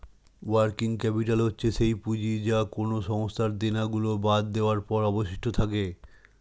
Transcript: working capital হচ্ছে সেই পুঁজি যা কোনো সংস্থার দেনা গুলো বাদ দেওয়ার পরে অবশিষ্ট থাকে